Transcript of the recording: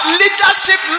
leadership